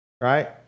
right